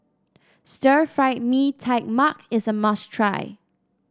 Stir Fried Mee Tai Mak is a must try